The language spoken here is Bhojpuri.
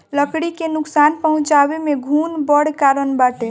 लकड़ी के नुकसान पहुंचावे में घुन बड़ कारण बाटे